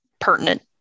pertinent